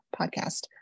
podcast